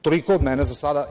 Toliko od mene za sada.